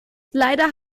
leider